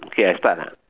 okay I start lah